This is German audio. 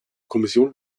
kommission